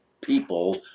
people